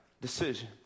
decision